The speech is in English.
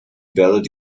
ballad